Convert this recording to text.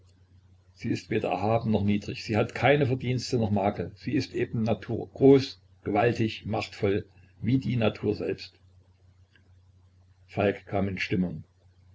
sie ist weder erhaben noch niedrig sie hat keine verdienste noch makel sie ist eben natur groß gewaltig machtvoll wie die natur selbst falk kam in stimmung